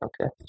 Okay